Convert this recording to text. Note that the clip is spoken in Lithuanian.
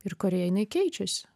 ir kurioje jinai keičiasi